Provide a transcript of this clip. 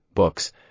Books